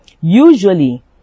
usually